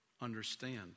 understand